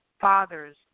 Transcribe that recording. father's